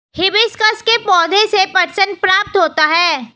hibiscus के पौधे से पटसन प्राप्त होता है